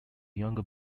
younger